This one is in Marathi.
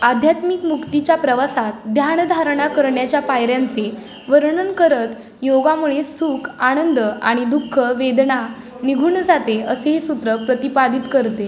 आध्यात्मिक मुक्तीच्या प्रवासात ध्यानधारणा करण्याच्या पायऱ्यांचे वर्णन करत योगामुळे सुख आनंद आणि दुःख वेदना निघून जाते असे हे सूत्र प्रतिपादित करते